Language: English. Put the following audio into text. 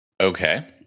okay